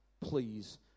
please